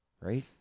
right